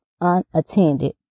unattended